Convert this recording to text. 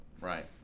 right